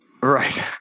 Right